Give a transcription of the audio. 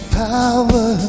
power